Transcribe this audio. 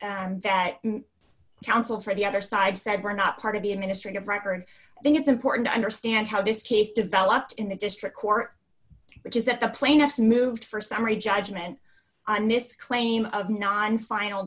documents that counsel for the other side said we're not part of the administrative record i think it's important to understand how this case developed in the district court which is that the plaintiffs moved for summary judgment on this claim of not and final